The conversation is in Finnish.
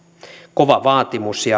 kova vaatimus ja